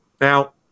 Now